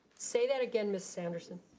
say that again mrs. anderson.